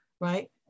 right